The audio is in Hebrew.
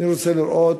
אני רוצה לראות